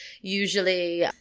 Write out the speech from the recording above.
Usually